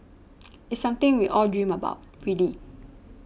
it's something we all dream about really